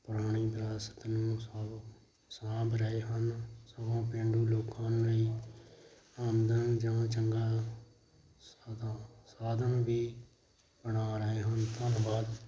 ਪੁਰਾਣੀ ਵਿਰਾਸਤ ਨੂੰ ਸਾਭ ਸਾਂਭ ਰਹੇ ਹਨ ਸਗੋਂ ਪੇਂਡੂ ਲੋਕਾਂ ਲਈ ਆਮਦਨ ਜਾਂ ਚੰਗਾ ਸਾਧਾ ਸਾਧਨ ਵੀ ਬਣਾ ਰਹੇ ਹਨ ਧੰਨਵਾਦ